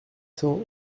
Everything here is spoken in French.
cents